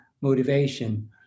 motivation